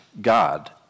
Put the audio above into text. God